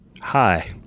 Hi